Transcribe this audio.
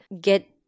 get